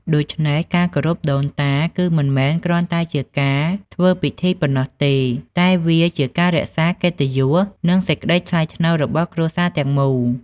ដូច្នេះ ការគោរពដូនតា គឺមិនមែនគ្រាន់តែជាការធ្វើពិធីប៉ុណ្ណោះទេ តែវាជាការរក្សាកិត្តិយស និងសេចក្ដីថ្លៃថ្នូររបស់គ្រួសារទាំងមូល។